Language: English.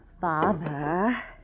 Father